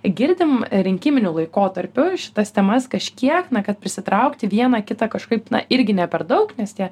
girdim rinkiminiu laikotarpiu šitas temas kažkiek na kad prisitraukti vieną kitą kažkaip na irgi ne per daug nes tie